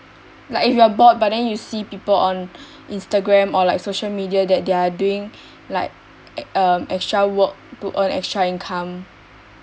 like if you are bored but then you see people on instagram or like social media that they're doing like um extra work to earn extra income